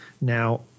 now